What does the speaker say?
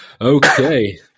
Okay